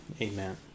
Amen